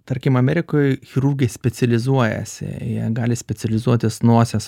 tarkim amerikoj chirurgai specializuojasi jie gali specializuotis nosies